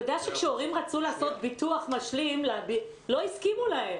אתה יודע שכאשר הורים רצו לעשות ביטוח משלים לא הסכימו לתת להם.